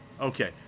Okay